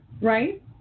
Right